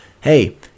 Hey